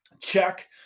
check